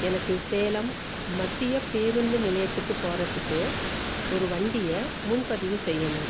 எனக்கு சேலம் மத்திய பேருந்து நிலையத்துக்கு போகிறத்துக்கு ஒரு வண்டியை முன்பதிவு செய்யணும்